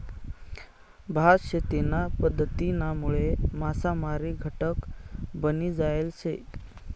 भात शेतीना पध्दतीनामुळे मासामारी घटक बनी जायल शे